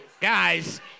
Guys